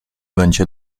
będzie